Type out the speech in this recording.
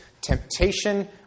temptation